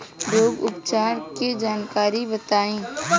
रोग उपचार के जानकारी बताई?